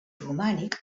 romànic